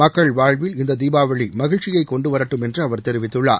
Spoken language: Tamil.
மக்கள் வாழ்வில் இந்த தீபாவளி மகிழ்ச்சியை கொண்டுவரட்டும் என்று அவர் தெரிவித்துள்ளார்